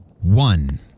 One